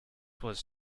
was